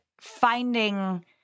finding